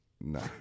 No